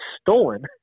stolen